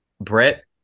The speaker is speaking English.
Brett